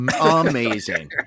amazing